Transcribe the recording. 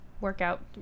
workout